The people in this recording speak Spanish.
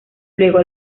luego